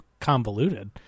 convoluted